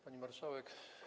Pani Marszałek!